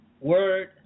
Word